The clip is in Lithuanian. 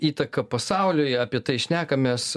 įtaka pasauliui apie tai šnekamės